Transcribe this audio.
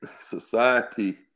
society